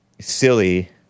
silly